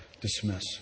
dismiss